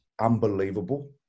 unbelievable